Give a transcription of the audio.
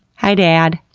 hi dad!